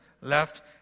left